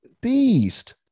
beast